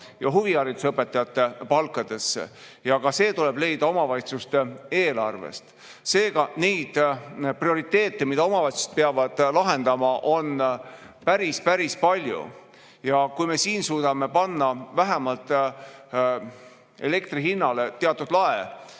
ja huvihariduse õpetajate palkadesse ja [needki vahendid] tuleb leida omavalitsuste eelarvest. Seega, prioriteete, mida omavalitsused peavad lahendama, on päris-päris palju. Kui me suudame panna vähemalt elektri hinnale teatud lae,